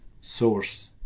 source